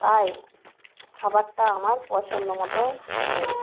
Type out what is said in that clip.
তাই খাবারটা আমার পছন্দমতো হয় নি